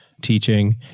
teaching